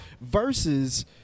versus